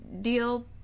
deal